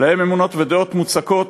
שיש להם אמונות ודעות מוצקות,